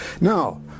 Now